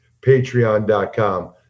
Patreon.com